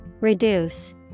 Reduce